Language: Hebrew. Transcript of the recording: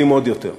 אלים עוד יותר.